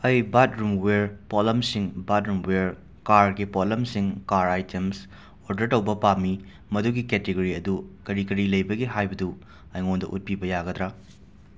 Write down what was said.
ꯑꯩ ꯕꯥꯠꯔꯨꯝꯋꯦꯔ ꯄꯣꯠꯂꯝꯁꯤꯡ ꯕꯥꯠꯔꯨꯝꯋꯦꯔ ꯀꯥꯔꯒꯤ ꯄꯣꯠꯂꯝꯁꯤꯡ ꯀꯥꯔ ꯑꯥꯏꯇꯦꯝꯁ ꯑꯣꯔꯗꯔ ꯇꯧꯕ ꯄꯥꯃꯤ ꯃꯗꯨꯒꯤ ꯀꯦꯇꯤꯒꯣꯔꯤ ꯑꯗꯨ ꯀꯔꯤ ꯀꯔꯤ ꯂꯩꯕꯒꯦ ꯍꯥꯏꯕꯗꯨ ꯑꯩꯉꯣꯟꯗ ꯎꯠꯄꯤꯕ ꯌꯥꯒꯗ꯭ꯔ